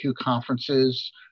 conferences